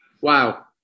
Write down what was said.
wow